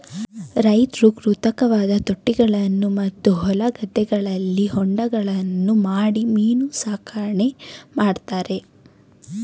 ರೈತ್ರು ಕೃತಕವಾದ ತೊಟ್ಟಿಗಳನ್ನು ಮತ್ತು ಹೊಲ ಗದ್ದೆಗಳಲ್ಲಿ ಹೊಂಡಗಳನ್ನು ಮಾಡಿ ಮೀನು ಸಾಕಣೆ ಮಾಡ್ತರೆ